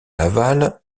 laval